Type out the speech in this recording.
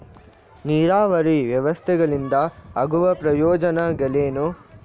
ನೀರಾವರಿ ವ್ಯವಸ್ಥೆಗಳಿಂದ ಆಗುವ ಪ್ರಯೋಜನಗಳೇನು?